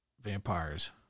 Vampires